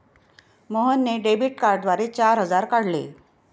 मोहनने डेबिट कार्डद्वारे चार हजार काढले